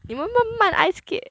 你们慢慢 ice skate